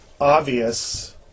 obvious